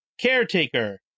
Caretaker